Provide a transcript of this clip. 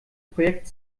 projekt